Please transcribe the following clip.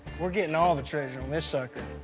we're getting all the treasure on this sucker.